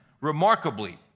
remarkably